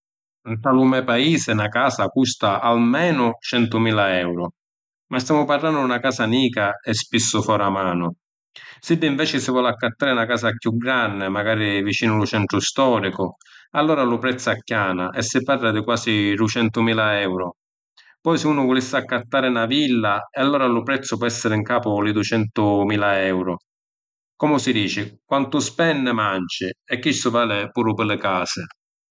Nta lu me’ paisi na casa custa almenu centumila euru. Ma stamu parrannu d’una casa nica e spissu fôra manu. Siddu inveci si voli accattari na casa chiù granni, macari vicinu lu centru storicu, allura lu prezzu acchiana e si parra di quasi duicentumila euru. Poi si unu vulissi accattari na villa, e allura lu prezzu po’ esseri ‘ncapu li duicentumila euru. Comu si dici, quantu spenni manci. E chistu vali puru pi li casi.